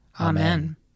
Amen